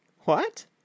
What